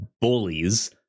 bullies